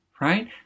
right